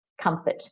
comfort